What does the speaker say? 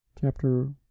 Chapter